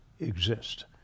exist